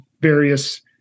various